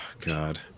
God